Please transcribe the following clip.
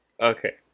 Okay